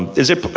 is it,